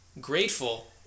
grateful